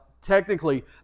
technically